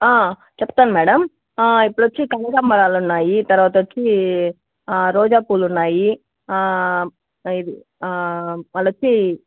చెప్తాను మేడం ఇప్పుడు వచ్చి కనకాంబరాలు ఉన్నాయి తరువాత వచ్చి రోజా పూలు ఉన్నాయి ఇది మళ్ళీ వచ్చి